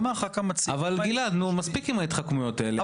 או --- מספיק עם ההתחכמויות האלה.